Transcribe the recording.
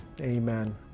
Amen